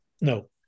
No